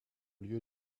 lieu